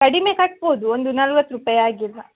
ಕಡಿಮೆ ಕಟ್ಬೋದು ಒಂದು ನಲ್ವತ್ತು ರೂಪಾಯಿ ಹಾಗೆಲ್ಲ